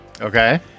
okay